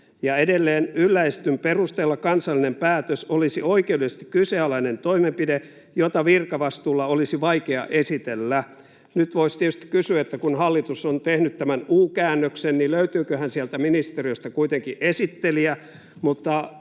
edelleen: "Yllä esitetyn perusteella kansallinen päätös olisi oikeudellisesti kyseenalainen toimenpide, jota virkavastuulla olisi vaikea esitellä." Nyt voisi tietysti kysyä, että kun hallitus on tehnyt tämän u-käännöksen, niin löytyyköhän sieltä ministeriöstä kuitenkin esittelijä,